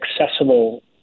accessible